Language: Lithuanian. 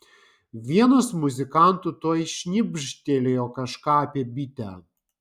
vienas muzikantų tuoj šnibžtelėjo kažką apie bitę